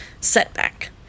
setback